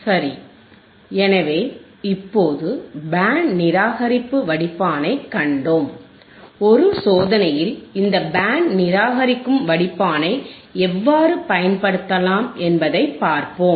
சரி எனவே இப்போது பேண்ட் நிராகரிப்பு வடிப்பானை கண்டோம் ஒரு சோதனையில் இந்த பேண்ட் நிராகரிக்கும் வடிப்பானை எவ்வாறு பயன்படுத்தலாம் என்பதைப் பார்ப்போம்